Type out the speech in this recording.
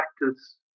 practice